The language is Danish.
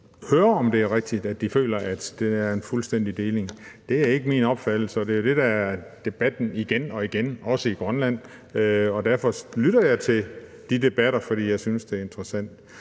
høre, om det er rigtigt, at de føler, at der er tale om en fuldstændig deling af opgaven. Det er ikke min opfattelse, og det er det, der er debatten igen og igen, også i Grønland, og jeg lytter til de debatter, fordi jeg synes, det er interessant.